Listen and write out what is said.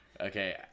Okay